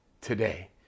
today